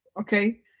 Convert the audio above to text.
okay